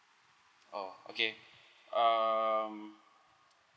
oh okay um